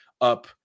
up